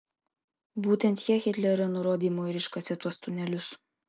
būtent jie hitlerio nurodymu ir iškasė tuos tunelius